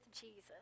jesus